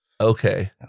Okay